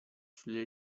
sulle